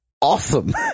awesome